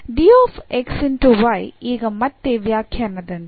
ಈಗ ಮತ್ತೆ ವ್ಯಾಖ್ಯಾನದಂತೆ